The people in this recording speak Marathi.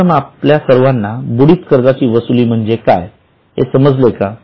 सर्वप्रथम आपल्या सर्वांना बुडीत कर्जाची वसुली म्हणजे काय हे समजले का